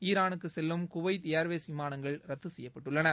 ஈரானுக்கு செல்லும் Kuwait Airways விமானங்கள் ரத்து செய்யப்பட்டுள்ளன